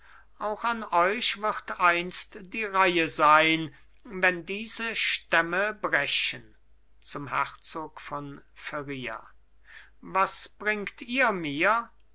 auch an euch wird einst die reihe sein wenn diese stämme brechen zum herzog von feria was bringt ihr mir